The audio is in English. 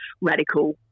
radical